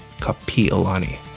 Kapiolani